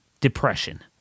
depression